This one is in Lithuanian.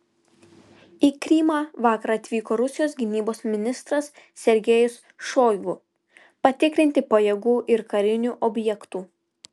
į krymą vakar atvyko rusijos gynybos ministras sergejus šoigu patikrinti pajėgų ir karinių objektų